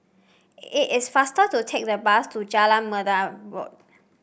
it is faster to take the bus to Jalan